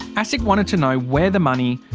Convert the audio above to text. asic wanted to know where the money,